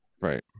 Right